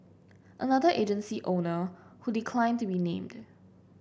another agency owner who declined to be named